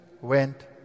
went